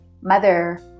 mother